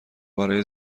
برای